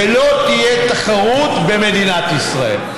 ולא תהיה תחרות במדינת ישראל,